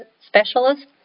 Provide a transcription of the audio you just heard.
specialist